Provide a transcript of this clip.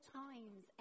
times